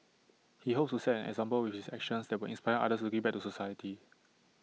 he hopes to set an example with his actions that will inspire others to give back to the society